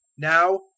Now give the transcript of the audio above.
now